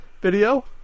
video